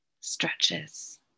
stretches